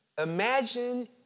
imagine